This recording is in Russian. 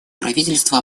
правительство